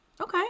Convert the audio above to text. okay